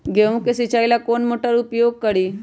गेंहू के सिंचाई ला कौन मोटर उपयोग करी?